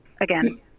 again